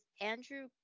Andrew